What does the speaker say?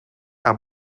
are